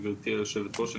גברתי היושבת-ראש,